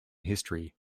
history